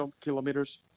kilometers